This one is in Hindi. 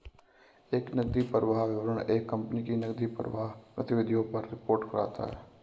एक नकदी प्रवाह विवरण एक कंपनी की नकदी प्रवाह गतिविधियों पर रिपोर्ट करता हैं